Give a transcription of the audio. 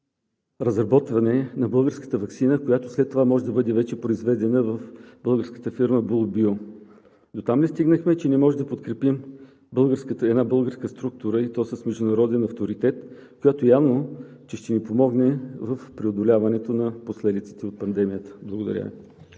разработване на българската ваксина, която след това може да бъде произведена в българската фирма „Бул Био“. Дотам ли стигнахме, че не може да подкрепим една българска структура, и то с международен авторитет, която явно, че ще ни помогне в преодоляването на последиците от пандемията? Благодаря